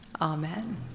amen